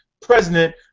President